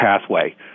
pathway